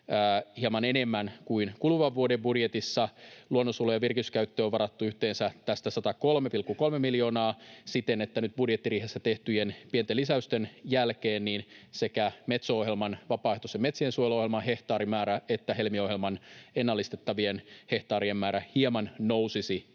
hieman enemmän kuin kuluvan vuoden budjetissa. Luonnonsuojeluun ja virkistyskäyttöön on varattu yhteensä tästä 103,3 miljoonaa siten, että nyt budjettiriihessä tehtyjen pienten lisäysten jälkeen sekä Metso-ohjelman vapaaehtoisen metsiensuojeluohjelman hehtaarimäärä että Helmi-ohjelman ennallistettavien hehtaarien määrä hieman nousisivat